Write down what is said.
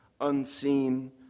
unseen